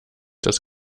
das